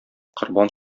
корбан